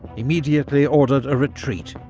immediately ordered a retreat,